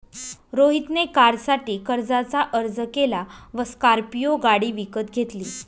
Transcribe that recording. रोहित ने कारसाठी कर्जाचा अर्ज केला व स्कॉर्पियो गाडी विकत घेतली